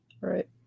Right